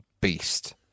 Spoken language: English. beast